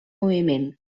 moviment